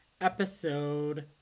Episode